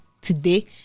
today